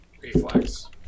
Reflex